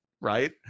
right